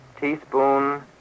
teaspoon